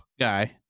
guy